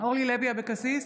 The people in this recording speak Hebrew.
אורלי לוי אבקסיס,